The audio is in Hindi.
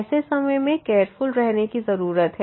ऐसे समय में केयरफुल रहने की जरूरत है